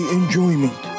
enjoyment